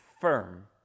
firm